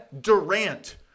Durant